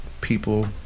people